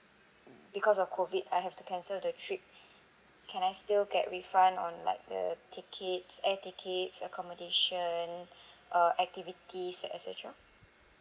because of COVID I have to cancel the trip can I still get refund on like the tickets air tickets accommodation uh activities and et cetera